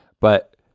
but